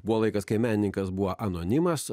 buvo laikas kai menininkas buvo anonimas